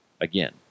Again